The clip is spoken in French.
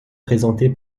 présentée